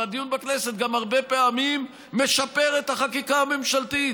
והדיון בכנסת גם הרבה פעמים משפר את החקיקה הממשלתית.